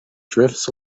drifts